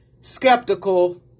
skeptical